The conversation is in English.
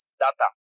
data